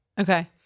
Okay